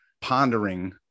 pondering